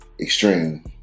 extreme